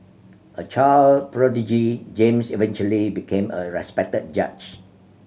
a child prodigy James eventually became a respected judge